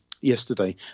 yesterday